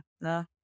no